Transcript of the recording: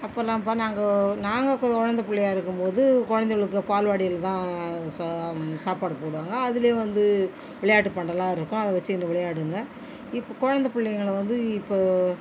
அப்போலாம்பா நாங்கள் நாங்கள் குழந்தை பிள்ளையா இருக்கும்போது குழந்தைகளுக்கு பால்வாடியில்தான் சா சாப்பாடு போடுவாங்க அதுலையும் வந்து விளையாட்டு பண்டமெலாருக்கும் அதை வச்சுகிட்டு விளையாடுங்க இப்போ குழந்தை பிள்ளைங்கள வந்து இப்போது